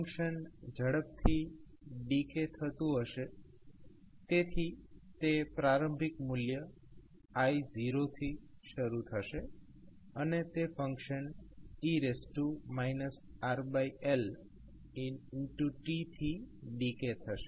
function ઝડપથી decay થતું હશે તેથી તે પ્રારંભિક મૂલ્ય I0થી શરૂ થશે અને તે ફંક્શન e RLt થી ડીકે થશે